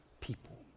people